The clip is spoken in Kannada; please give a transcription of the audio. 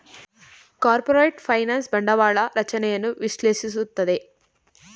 ಕಾರ್ಪೊರೇಟ್ ಫೈನಾನ್ಸ್ ಬಂಡವಾಳ ರಚನೆಯನ್ನು ವಿಶ್ಲೇಷಿಸುತ್ತದೆ